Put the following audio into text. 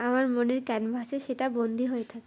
আমার মনের ক্যানভাসে সেটা বন্দী হয়ে থাকে